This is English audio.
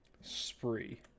Spree